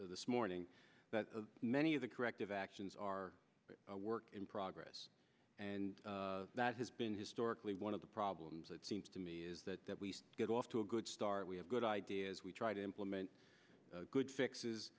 this morning that many of the corrective actions are a work in progress and that has been historically one of the problems it seems to me is that that we get off to a good start we have good ideas we try to implement good fixes